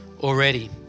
already